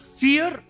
fear